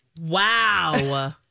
Wow